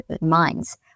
minds